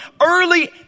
early